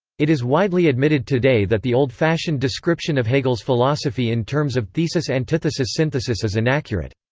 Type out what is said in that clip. it is widely admitted today that the old-fashioned description of hegel's philosophy in terms of thesis-antithesis-synthesis is inaccurate.